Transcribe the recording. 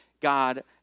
God